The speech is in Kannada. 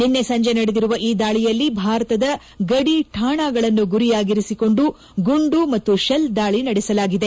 ನಿನ್ನೆ ಸಂಜೆ ನಡೆದಿರುವ ಈ ದಾಳಿಯಲ್ಲಿ ಭಾರತದ ಗಡಿಕಾಣಾಗಳನ್ನು ಗುರಿಯಾಗಿಸಿ ಗುಂಡು ಮತ್ತು ಶೆಲ್ ದಾಳಿ ನಡೆದಿದೆ